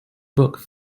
book